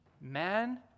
man